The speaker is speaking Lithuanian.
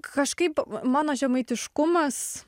kažkaip mano žemaitiškumas